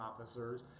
officers